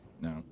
No